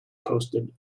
posted